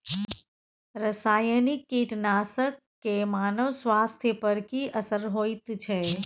रसायनिक कीटनासक के मानव स्वास्थ्य पर की असर होयत छै?